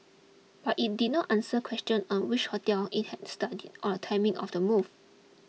but it did not answer questions on which hotels it had studied or the timing of the move